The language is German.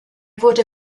wurde